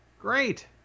Great